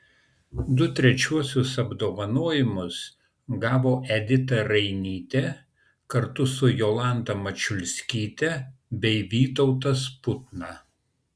du trečiuosius apdovanojimus gavo edita rainytė kartu su jolanta mačiulskyte bei vytautas putna